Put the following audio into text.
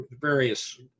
various